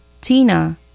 Tina